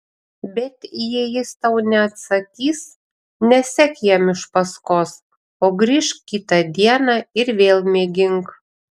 bet jei jis tau neatsakys nesek jam iš paskos o grįžk kitą dieną ir vėl mėgink